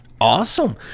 Awesome